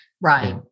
Right